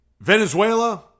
Venezuela